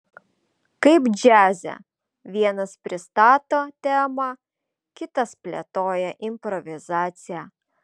kaip džiaze vienas pristato temą kitas plėtoja improvizaciją